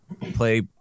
Play